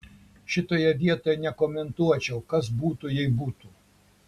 šitoje vietoj nekomentuočiau kas būtų jei būtų